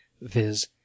viz